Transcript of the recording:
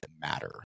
matter